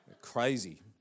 Crazy